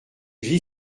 j’y